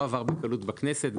לא עבר בקלות בכנסת.